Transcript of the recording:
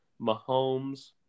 Mahomes